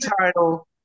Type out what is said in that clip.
title